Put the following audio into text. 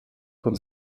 von